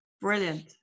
Brilliant